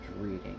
reading